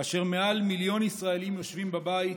כאשר מעל מיליון ישראלים יושבים בבית,